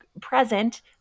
present